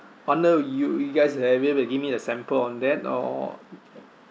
wonder you you guys have it will give me the sample on that or